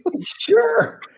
Sure